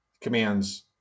commands